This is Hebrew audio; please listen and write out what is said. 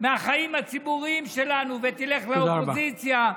מהחיים הציבוריים שלנו ותלך לאופוזיציה.